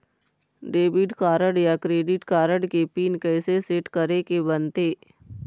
Debit card या credit card के pin कइसे सेट करे के बनते?